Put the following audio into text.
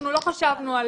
אנחנו לא חשבנו על